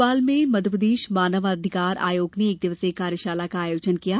भोपाल में मध्यप्रदेश मानव अधिकार आयोग ने एक दिवसीय कार्यशाला का आयोजन किया गया